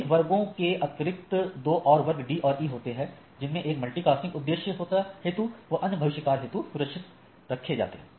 इन वर्गों के अतिरिक्त दो और वर्ग D E होते हैं जिनमें एक मल्टिकैस्टिंग उद्देश्य हेतु और अन्य भविष्य कार्य हेतु सुरक्षित रखे जाता है